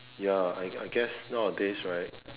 ya I I guess nowadays right